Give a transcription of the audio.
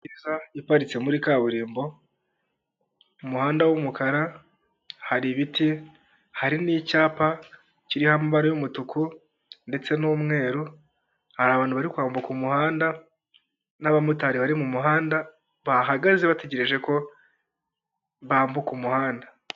Imodoka iparitse muri kaburimbo ,umuhanda w'umukara hari ibiti hari n'icyapa kiriho amabara y'umutuku ndetse n'umweru hari abantu bari kwambuka umuhanda n'abamotari bari mumuhanda bahagaze bategereje ko bambuka umuhanda .